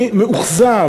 אני מאוכזב,